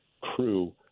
crew